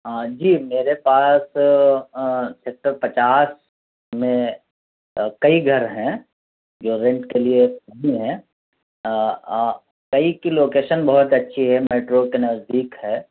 ہاں جی میرے پاس سکٹر پچاس میں کئی گھر ہیں جو رینٹ کے لیے ہی ہیں کئی کی لوکیشن بہت اچھی ہے میٹرو کے نزدیک ہے